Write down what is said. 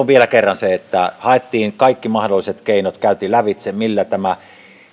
vielä kerran että haettiin kaikki mahdolliset keinot ja käytiin lävitse millä